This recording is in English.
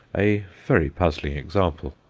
a very puzzling example.